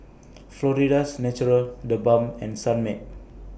Florida's Natural The Balm and Sunmaid